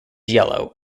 yellow